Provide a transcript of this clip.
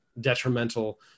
detrimental